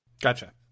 Gotcha